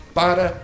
para